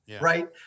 right